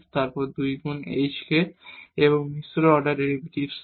তারপর দুই গুণ hk এবং মিশ্র অর্ডার ডেরিভেটিভস হবে